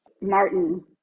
Martin